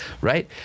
Right